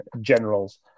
Generals